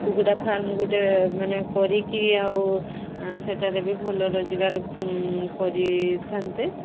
କୁକୁଡ଼ା ଫାର୍ମ୍ ଗୋଟେ ମାନେ କରିକି ଆଉ ସେଠାରେ ବି ଭଲ ରୋଜଗାର କରିଥାନ୍ତେ